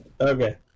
Okay